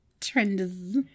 trends